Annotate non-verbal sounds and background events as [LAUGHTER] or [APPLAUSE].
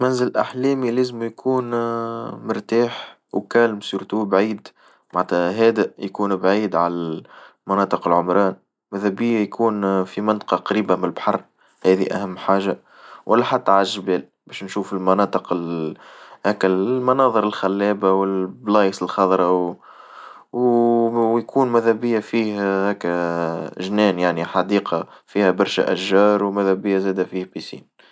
منزل أحلامي لازم يكون [HESITATION] مرتاح وكالم سورتو بعيد، معنتها هادئ يكون بعيد عن مناطق العمران، ماذا بيا يكون في منطقة قريبة من البحر، هاذي أهم حاجة، والا حتى على الجبال باش نشوف المناطق هاكا المناظر الخلابة والبلايص الخضرا ويكون ماذا بيا فيه هكا جنان يعني حديقة فيها برشا أشجار وإذا بيا زادة فيها بيسين.